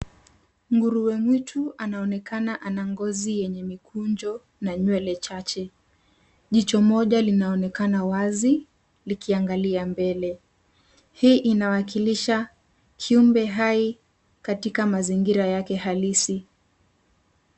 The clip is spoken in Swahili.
Nguruwe mwitu anaonekana ana ngozi yenye mikunjo na nywele chache. Jicho moja linaonekana wazi likiangalia mbele. Hii inawakilisha kiumbe hai katika mazingira yake halisi.